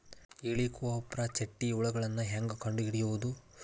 ಹೇಳಿಕೋವಪ್ರ ಚಿಟ್ಟೆ ಹುಳುಗಳನ್ನು ಹೆಂಗ್ ಕಂಡು ಹಿಡಿಯುದುರಿ?